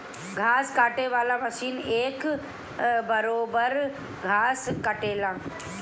घास काटे वाला मशीन एक बरोब्बर घास काटेला